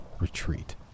retreat